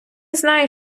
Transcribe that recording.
знаю